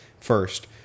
first